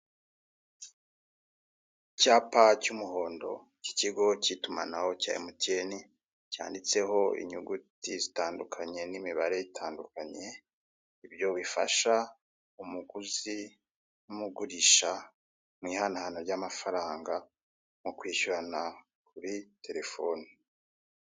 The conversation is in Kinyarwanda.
Icyapa cy'umuhondo cy'ikigo cy'itumanaho cya emutiyeni, cyanditseho inyuguti zitandukanye n'imibare itandukanye, ibyo bifasha umuguzi n'umugurisha mu ihanahana ry'amafaranga, nko kwishyurana kuri telefone.